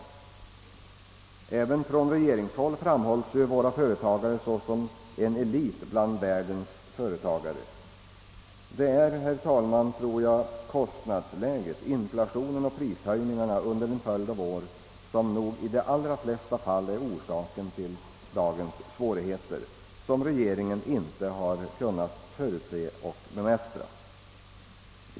Även från regeringshåll framhålls våra företagare som en elit bland världens företagare. Herr talman, jag tror att det är kostnadsläget, inflationen och prishöjningarna under en följd av år som i de allra flesta fall orsakat dagens svårigheter, vilka regeringen inte kunnat förutse och bemästra.